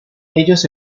ellos